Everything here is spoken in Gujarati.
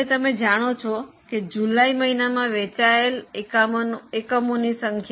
હવે તમે જાણો છો જુલાઈ મહિનામાં વેચાયેલા એકમોની સંખ્યા